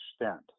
extent